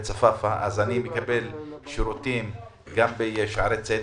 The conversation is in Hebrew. צפאפא אז אני מקבל שירותים גם בשערי צדק,